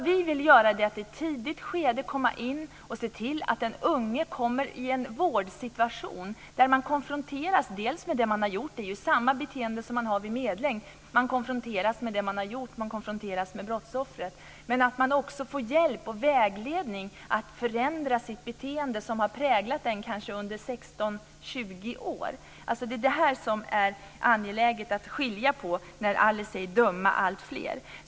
Vi vill att man kommer in i ett tidigt skede och ser till att den unge kommer i en vårdsituation där man dels konfronteras med det som man har gjort och med brottsoffret - det är samma beteende som vid medling - dels får hjälp och vägledning att förändra sitt beteende, som man har präglats av under kanske 16-20 år. Det är här angeläget att göra en åtskillnad i förhållande till Alice Åströms tal om att döma alltfler.